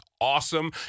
awesome